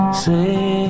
say